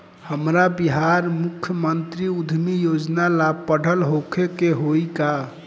हमरा बिहार मुख्यमंत्री उद्यमी योजना ला पढ़ल होखे के होई का?